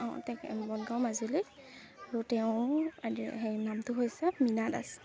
অ তে বনগাঁও মাজুলী আৰু তেওঁৰ হেৰি নামটো হৈছে মীনা দাস